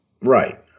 Right